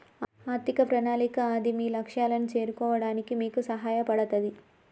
ఆర్థిక ప్రణాళిక అది మీ లక్ష్యాలను చేరుకోవడానికి మీకు సహాయపడతది